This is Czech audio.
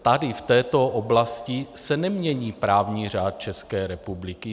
Tady v této oblasti se nemění právní řád České republiky.